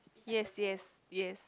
yes yes yes